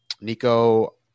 Nico